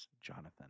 Jonathan